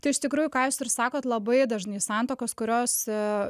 tai iš tikrųjų ką jūs ir sakot labai dažnai santuokos kurios